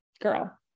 Girl